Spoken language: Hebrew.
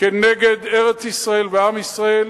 כנגד ארץ-ישראל ועם ישראל,